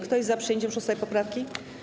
Kto jest za przyjęciem 6. poprawki?